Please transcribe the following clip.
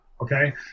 okay